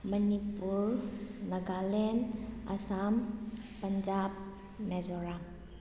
Manipur Nagaland Assam Punjab Mizoram